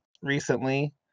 recently